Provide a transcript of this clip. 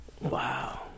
Wow